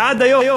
ועד היום,